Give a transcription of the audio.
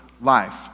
life